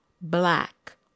black